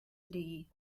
lee